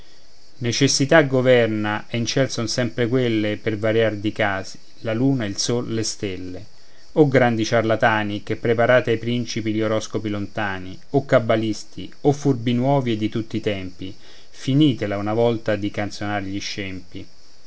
necessità governa e in ciel son sempre quelle per variar di casi la luna il sol le stelle o grandi ciarlatani che preparate ai principi gli oroscopi lontani o cabalisti o furbi nuovi e di tutti i tempi finitela una volta di canzonar gli scempi